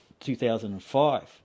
2005